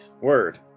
Word